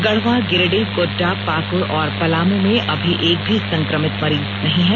गढ़वा गिरिडीह गोड़्डा पाक़्ड़ और पलामू में अभी एक भी संक्रमित मरीज नहीं हैं